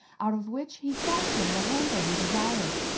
out of which he fashioned the handle he desired.